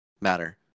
matter